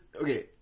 okay